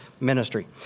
ministry